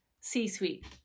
C-suite